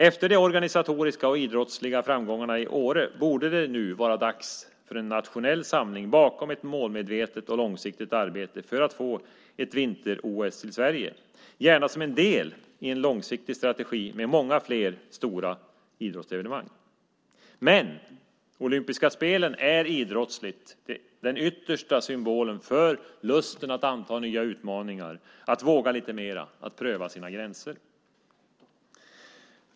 Efter de organisatoriska och idrottsliga framgångarna i Åre borde det nu vara dags för en nationell samling bakom ett målmedvetet och långsiktigt arbete för att få ett vinter-OS till Sverige, gärna som en del i en långsiktig strategi med många fler stora idrottsevenemang. De olympiska spelen är dock idrottsligt den yttersta symbolen för lusten att anta nya utmaningar, att våga lite mer, att pröva sina gränser.